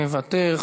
מוותר,